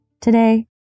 Today